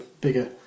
bigger